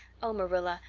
oh, marilla,